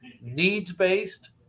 needs-based